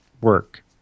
work